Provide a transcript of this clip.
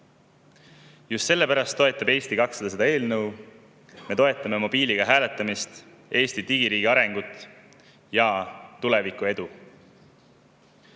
Just sellepärast toetab Eesti 200 seda eelnõu. Me toetame mobiiliga hääletamist, Eesti digiriigi arengut ja tuleviku edu.